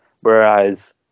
whereas